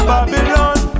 Babylon